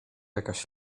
jakaś